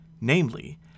Namely